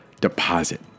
deposit